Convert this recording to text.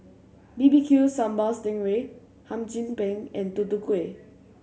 B B Q Sambal sting ray Hum Chim Peng and Tutu Kueh